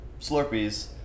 Slurpees